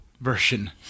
version